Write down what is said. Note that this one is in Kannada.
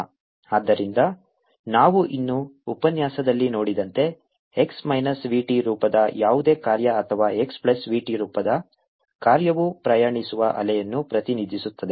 ಆದ್ದರಿಂದ ನಾವು ಇನ್ನೂ ಉಪನ್ಯಾಸದಲ್ಲಿ ನೋಡಿದಂತೆ x ಮೈನಸ್ v t ರೂಪದ ಯಾವುದೇ ಕಾರ್ಯ ಅಥವಾ x ಪ್ಲಸ್ v t ರೂಪದ ಕಾರ್ಯವು ಪ್ರಯಾಣಿಸುವ ಅಲೆಯನ್ನು ಪ್ರತಿನಿಧಿಸುತ್ತದೆ